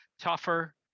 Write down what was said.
tougher